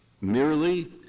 merely